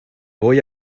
voy